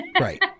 Right